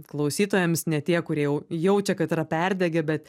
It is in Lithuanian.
klausytojams net tie kurie jau jaučia kad yra perdegę bet